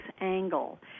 angle